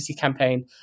campaign